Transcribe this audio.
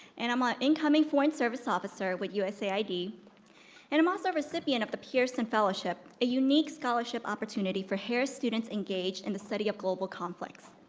and i'm ah an incoming foreign service officer with usaid, and i'm also a recipient of the pearson fellowship a unique scholarship opportunity for harris students engaged in the study of global conflicts.